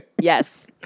Yes